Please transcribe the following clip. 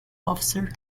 officer